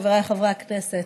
חבריי חברי הכנסת,